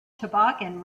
toboggan